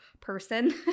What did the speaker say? person